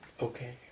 Okay